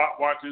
stopwatches